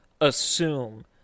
assume